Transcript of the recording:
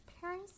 Paris